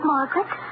Margaret